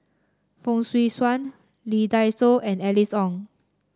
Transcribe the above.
Fong Swee Suan Lee Dai Soh and Alice Ong